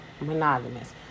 monogamous